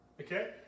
Okay